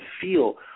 feel